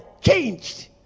changed